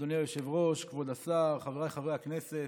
אדוני היושב-ראש, כבוד השר, חבריי חברי הכנסת,